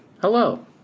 Hello